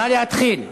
נא להתחיל.